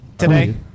today